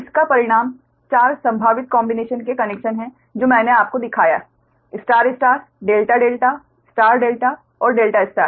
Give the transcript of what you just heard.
इस का परिणाम 4 संभावित कॉम्बिनेशन के कनेक्शन है जो मैंने आपको दिखाया star star delta delta star delta और डेल्टा स्टार